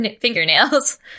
fingernails